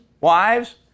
wives